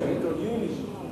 בבקשה, נשמע.